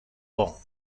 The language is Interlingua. bon